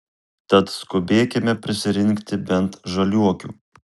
tad skubėkime prisirinkti bent žaliuokių